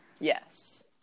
yes